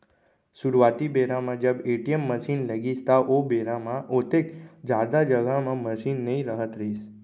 सुरूवाती बेरा म जब ए.टी.एम मसीन लगिस त ओ बेरा म ओतेक जादा जघा म मसीन नइ रहत रहिस